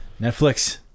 Netflix